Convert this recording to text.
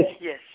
Yes